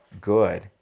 good